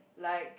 like